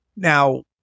Now